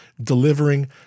delivering